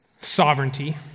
sovereignty